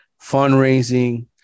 fundraising